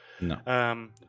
No